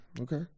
Okay